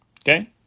Okay